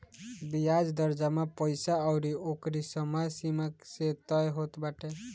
बियाज दर जमा पईसा अउरी ओकरी समय सीमा से तय होत बाटे